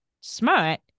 smart